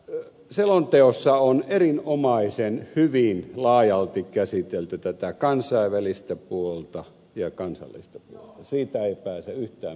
tässä selonteossa on erinomaisen hyvin laajalti käsitelty tätä kansainvälistä puolta ja kansallista puolta siitä ei pääse yhtään mihinkään